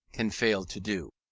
can fail to do.